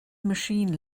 machine